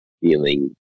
feeling